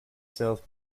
south